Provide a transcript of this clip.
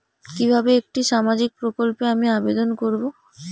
কিভাবে একটি সামাজিক প্রকল্পে আমি আবেদন করব?